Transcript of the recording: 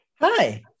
Hi